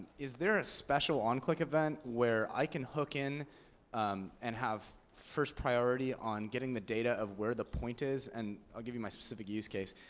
is there a special on-click event where i can hook in and have first priority on getting the data of where the point is? and i'll give you my specific use case.